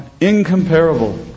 incomparable